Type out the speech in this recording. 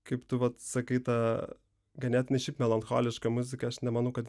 kaip tu vat sakai ta ganėtinai šiaip melancholiška muzika aš nemanau kad